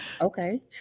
okay